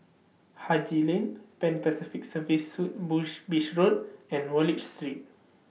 Haji Lane Pan Pacific Serviced Suites Bush Beach Road and Wallich Street